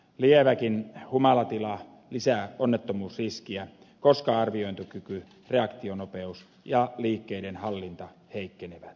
lieväkin humalatila lisää onnettomuusriskiä koska arviointikyky reaktionopeus ja liikkeiden hallinta heikkenevät